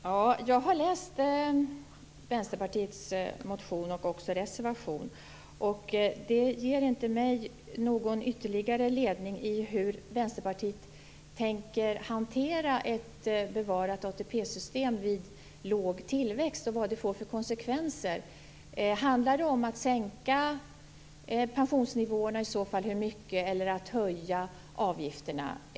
Fru talman! Jag har läst Vänsterpartiets motion och också reservationen. Det ger inte mig någon ytterligare ledning i hur Vänsterpartiet tänker hantera ett bevarat ATP-system vid låg tillväxt och vad det får för konsekvenser. Handlar det om att sänka pensionsnivåerna, och i så fall hur mycket? Eller handlar det om att höja avgifterna?